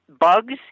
bugs